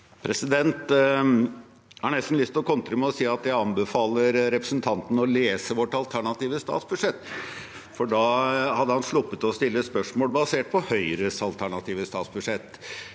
Jeg har nesten lyst til å kontre med å si at jeg anbefaler representanten å lese vårt alternative statsbudsjett, for da hadde han sluppet å stille spørsmål basert på Høyres alternative statsbudsjett.